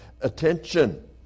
attention